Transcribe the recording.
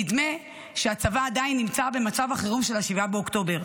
נדמה שהצבא עדיין נמצא במצב החירום של 7 באוקטובר.